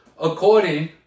according